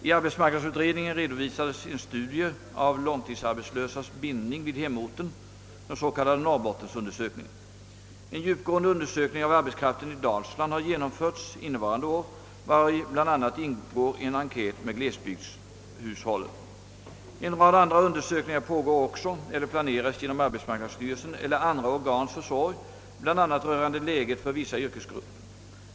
I arbetsmarknadsutredningen redovisades en studie av långtidsarbetslösas bindning vid hemorten, den s.k. Norrbottensundersökningen. En djupgående undersökning av arbetskraften i Dalsland har genomförts innevarande år, vari bl.a. ingår en enkät med glesbygdshushållen. En rad andra undersökningar pågår också eller planeras genom ar betsmarknadsstyrelsen eller andra organs försorg, bl.a. rörande läget för vissa yrkesgrupper.